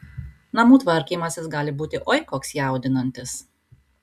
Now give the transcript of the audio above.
namų tvarkymasis gali būti oi koks jaudinantis